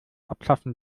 abschaffen